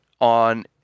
on